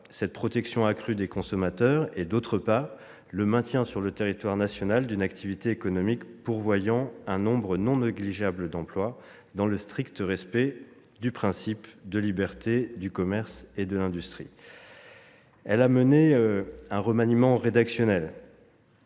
cette protection accrue des consommateurs et, d'autre part, le maintien sur le territoire national d'une activité économique pourvoyant un nombre non négligeable d'emplois, dans le strict respect du principe de liberté du commerce et de l'industrie. Elle a mené un remaniement rédactionnel.